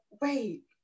wait